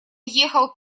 ехал